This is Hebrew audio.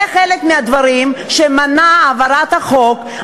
זה חלק מהדברים שמנעו את העברת החוק.